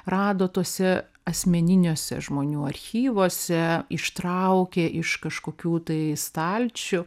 rado tose asmeniniuose žmonių archyvuose ištraukė iš kažkokių tai stalčių